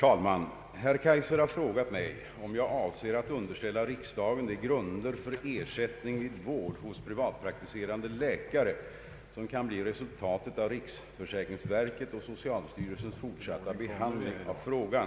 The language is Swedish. ”Avser Statsrådet att underställa riksdagen de grunder för ersättning vid vård hos privatpraktiserande läkare som kan bli resultat av riksförsäkringsverkets och socialstyrelsens fortsatta behandling av frågan?”